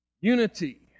Unity